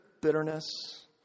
bitterness